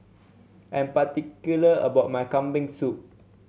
I'm particular about my Kambing Soup